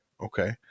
okay